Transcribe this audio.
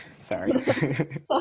Sorry